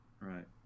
Right